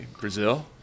Brazil